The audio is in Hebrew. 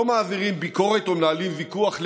מעבירים ביקורת או מנהלים ויכוח לגיטימי,